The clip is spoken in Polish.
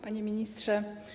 Panie Ministrze!